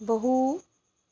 बहु